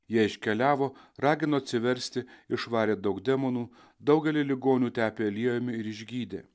jie iškeliavo ragino atsiversti išvarė daug demonų daugelį ligonių tepė aliejumi ir išgydė